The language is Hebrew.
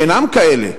שאינם כאלה,